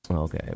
Okay